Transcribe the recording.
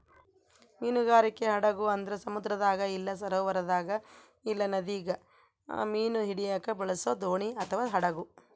ಮೀನುಗಾರಿಕೆ ಹಡಗು ಅಂದ್ರ ಸಮುದ್ರದಾಗ ಇಲ್ಲ ಸರೋವರದಾಗ ಇಲ್ಲ ನದಿಗ ಮೀನು ಹಿಡಿಯಕ ಬಳಸೊ ದೋಣಿ ಅಥವಾ ಹಡಗು